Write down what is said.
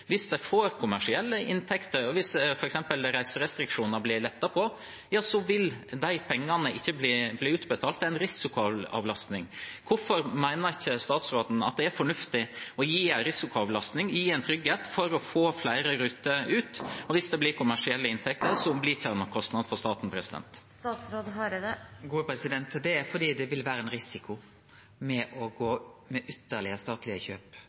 Hvis de får kommersielle inntekter, hvis f.eks. reiserestriksjoner blir lettet på, vil de pengene ikke bli utbetalt – det er en risikoavlastning. Hvorfor mener ikke statsråden at det er fornuftig å gi en risikoavlastning, gi en trygghet, for å få flere ruter ut? Og hvis det blir kommersielle inntekter, blir det ikke noen kostnader for staten. Det er fordi det vil vere ein risiko med